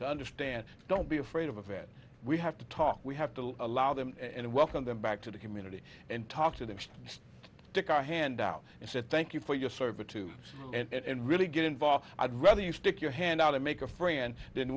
to understand don't be afraid of it we have to talk we have to allow them and welcome them back to the community and talk to them took our hand out and said thank you for your servitude and really get involved i'd rather you stick your hand out to make a free and